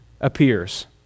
appears